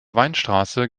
weinstraße